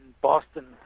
Boston